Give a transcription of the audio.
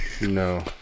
No